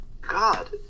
God